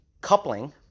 coupling